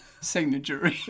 signature